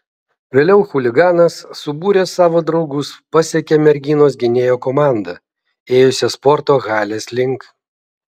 vėliau chuliganas subūręs savo draugus pasekė merginos gynėjo komandą ėjusią sporto halės link